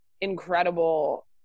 incredible